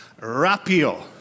rapio